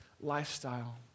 lifestyle